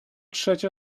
trzecia